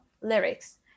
lyrics